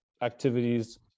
activities